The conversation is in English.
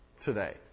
today